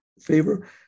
favor